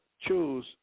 choose